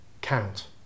count